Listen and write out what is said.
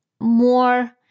more